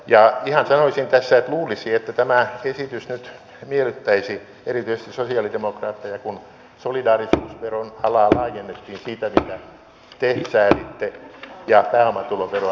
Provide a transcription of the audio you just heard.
ja ihan sanoisin tässä että luulisi että tämä esitys nyt miellyttäisi erityisesti sosialidemokraatteja kun solidaarisuusveron alaa laajennettiin siitä mitä te sääditte ja pääomatuloveroa korotettiin